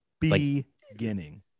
beginning